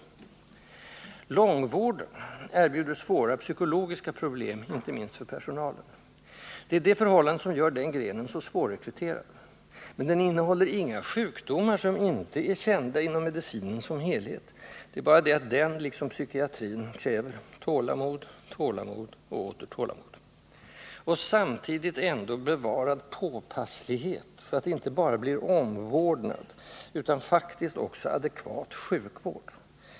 Långvården erbjuder svåra psykologiska problem, inte minst för personalen. Det är detta förhållande som gör den grenen så svårrekryterad. Men den innehåller inga sjukdomar, som inte är kända inom medicinen som helhet — det är bara det att den, liksom psykiatrin, kräver tålamod, tålamod och åter tålamod. Och samtidigt ändå bevarad påpasslighet, så att det inte bara blir ”omvårdnad” utan faktiskt också adekvat sjukvård.